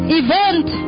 event